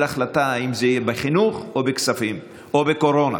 החלטה אם זה יהיה בחינוך או בכספים או בקורונה.